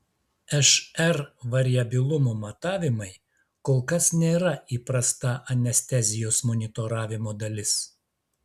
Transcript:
šr variabilumo matavimai kol kas nėra įprasta anestezijos monitoravimo dalis